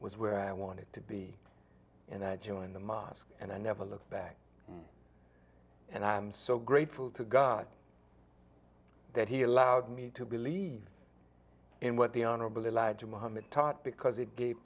was where i wanted to be and i join the mosque and i never looked back and i'm so grateful to god that he allowed me to believe in what the honorable elijah muhammad taught because it gave